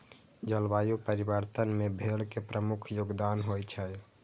जलवायु परिवर्तन मे भेड़ के प्रमुख योगदान होइ छै